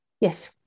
yes